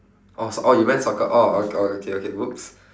orh s~ orh you meant soccer orh o~ okay okay !oops!